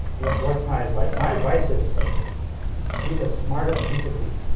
what's my advice. my advice is to be the smartest youen can be